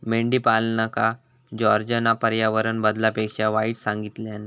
मेंढीपालनका जॉर्जना पर्यावरण बदलापेक्षा वाईट सांगितल्यान